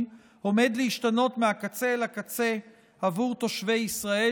עומד להשתנות מהקצה אל הקצה עבור תושבי ישראל.